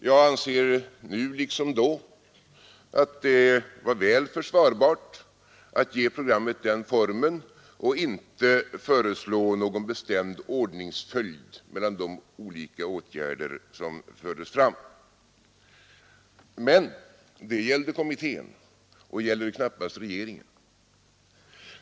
Jag anser nu liksom då att det var väl försvarbart att ge programmet den formen och inte föreslå någon bestämd ordningsföljd mellan de olika åtgärder som fördes fram. Men det gällde kommittén och gäller knappast regeringen.